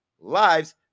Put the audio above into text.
lives